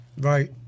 Right